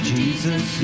Jesus